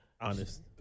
honest